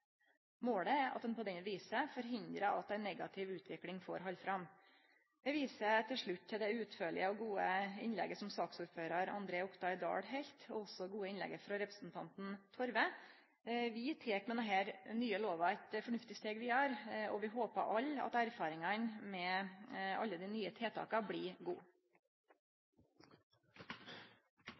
Målet er at ein på det viset forhindrar at ei negativ utvikling får halde fram. Eg viser til slutt til det utførlege og gode innlegget til saksordførar André Oktay Dahl, og også det gode innlegget representanten Torve heldt. Vi tek med den nye lova eit fornuftig steg vidare, og vi håpar alle at erfaringane med alle dei nye tiltaka blir